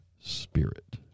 Spirit